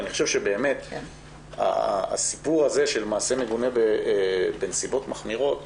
אני חושב שהסיפור הזה של מעשה מגונה בנסיבות מחמירות,